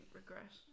regret